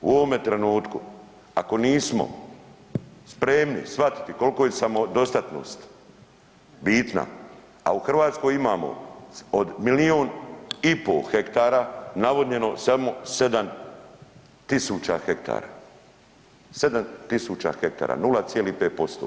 U ovome trenutku ako nismo spremni svatiti kolko je samodostatnost bitna, a u Hrvatskoj imamo od milijon i po hektara navodnjeno samo 7000 hektara, 7000 hektara, 0,5%